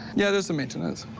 yeah, there's some maintenance.